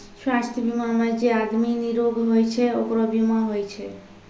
स्वास्थ बीमा मे जे आदमी निरोग होय छै ओकरे बीमा होय छै